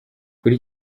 kuri